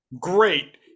Great